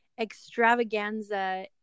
extravaganza